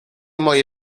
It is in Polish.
moje